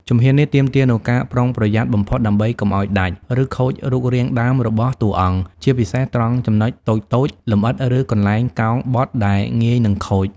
ជំហាននេះទាមទារនូវការប្រុងប្រយ័ត្នបំផុតដើម្បីកុំឱ្យដាច់ ឬខូចរូបរាងដើមរបស់តួអង្គ ជាពិសេសត្រង់ចំណុចតូចៗ លម្អិត ឬកន្លែងកោងបត់ដែលងាយនឹងខូច។